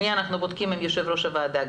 אנחנו בודקים גם עם יושב ראש הוועדה.